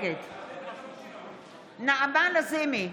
נגד נעמה לזימי,